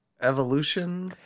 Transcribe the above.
evolution